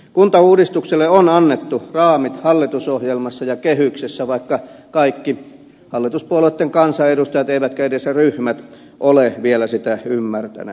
kuntauudistukselle on annettu raamit hallitusohjelmassa ja kehyksessä vaikka eivät kaikki hallituspuolueitten kansanedustajat eivätkä edes ryhmät ole vielä sitä ymmärtäneet